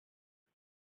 you